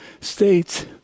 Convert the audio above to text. states